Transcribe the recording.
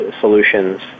solutions